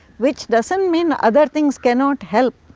which doesn't mean other things cannot help,